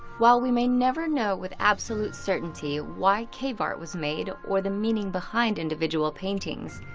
while we may never know with absolute certainty why cave art was made, or the meaning behind individual paintings,